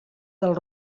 del